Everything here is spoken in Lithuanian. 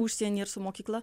užsienį su mokykla